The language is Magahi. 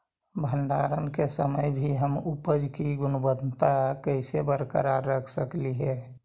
भंडारण के समय भी हम उपज की गुणवत्ता कैसे बरकरार रख सकली हे?